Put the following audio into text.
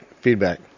feedback